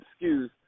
excuse